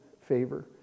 favor